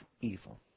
evil